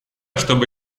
чтобы